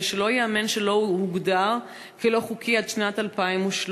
שלא ייאמן שהוא לא הוגדר כלא-חוקי עד שנת 2013,